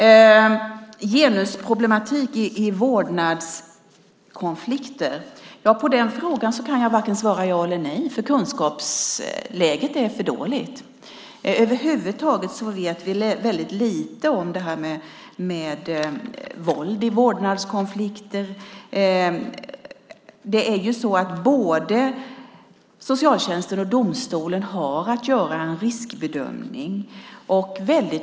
På frågan om genusproblematik i vårdnadskonflikter kan jag varken svara ja eller nej, för kunskapsläget är för dåligt. Över huvud taget vet vi väldigt lite om det här med våld vid vårdnadskonflikter. Både socialtjänsten och domstolen har att göra en riskbedömning.